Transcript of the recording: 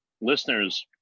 listeners